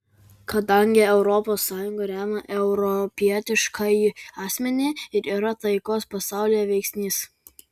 kadangi europos sąjunga remia europietiškąjį asmenį ir yra taikos pasaulyje veiksnys